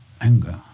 anger